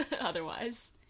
otherwise